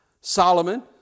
Solomon